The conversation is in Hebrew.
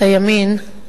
הימין,